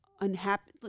unhappy